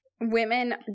women